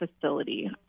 facility